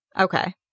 Okay